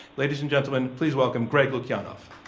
ladies and gentlemen, please welcome greg lukianoff.